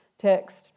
text